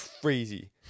crazy